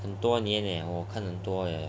很多年 eh 我看很多 ah